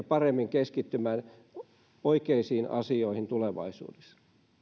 paremmin keskittymään oikeisiin asioihin tulevaisuudessa